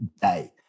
day